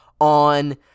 on